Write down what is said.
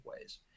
ways